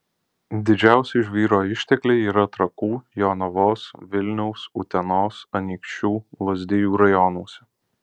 didžiausi žvyro ištekliai yra trakų jonavos vilniaus utenos anykščių lazdijų rajonuose